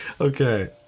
Okay